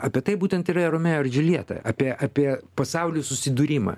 apie tai būtent yra romeo ir džuljeta apie apie pasaulių susidūrimą